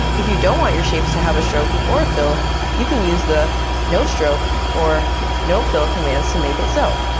if you don't want your shapes to have a stroke or a fill you can use the nostroke or nofill commands to make it so.